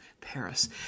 Paris